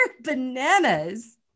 bananas